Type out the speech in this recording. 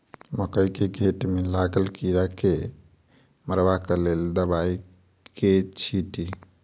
मकई केँ घेँट मे लागल कीड़ा केँ मारबाक लेल केँ दवाई केँ छीटि?